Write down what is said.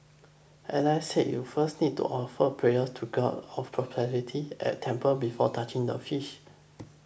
Alice said you first need to offer prayers to god of prosperity at temple before touching the fish